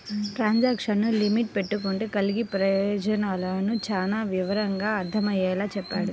transaction limit పెట్టుకుంటే కలిగే ప్రయోజనాలను చానా వివరంగా అర్థమయ్యేలా చెప్పాడు